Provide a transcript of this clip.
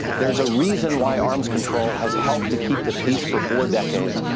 there is a reason why arms control has helped to keep the peace for four decades.